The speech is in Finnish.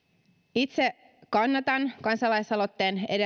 itse kannatan kansalaisaloitteen